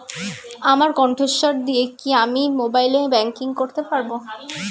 আমার কন্ঠস্বর দিয়ে কি আমি মোবাইলে ব্যাংকিং করতে পারবো?